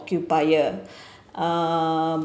occupier uh